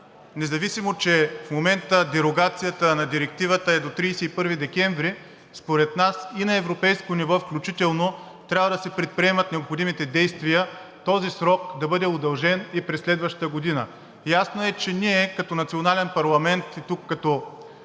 независимо че в момента дерогацията на директивата е до 31 декември, според нас включително и на европейско ниво трябва да се предприемат необходимите действия този срок да бъде удължен и през следващата година. Ясно е, че като национален парламент, като